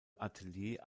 atelier